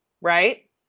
right